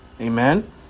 Amen